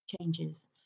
changes